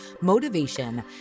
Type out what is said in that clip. motivation